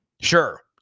Sure